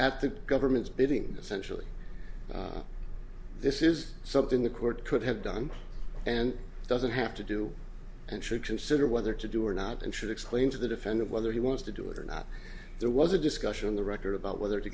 at the government's bidding essentially this is something the court could have done and doesn't have to do and should consider whether to do or not and should explain to the defender of whether he wants to do it or not there was a discussion on the record about whether to